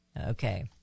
Okay